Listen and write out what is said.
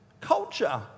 culture